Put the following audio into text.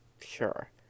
Sure